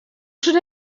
should